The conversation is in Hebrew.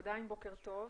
בוקר טוב.